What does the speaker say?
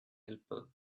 helper